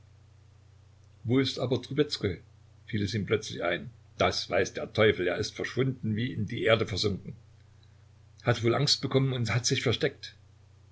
wo ist aber trubezkoi fiel es ihm plötzlich ein das weiß der teufel er ist verschwunden wie in die erde versunken hat wohl angst bekommen und hat sich versteckt